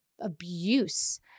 abuse